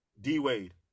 D-Wade